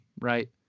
right